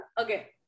okay